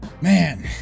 man